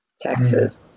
Texas